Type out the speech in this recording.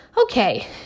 Okay